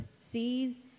sees